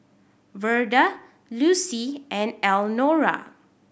Verda Lucy and Elnora